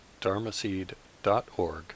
dharmaseed.org